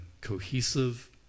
cohesive